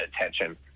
attention